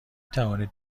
توانید